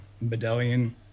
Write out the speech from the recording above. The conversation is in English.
medallion